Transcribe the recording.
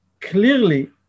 Clearly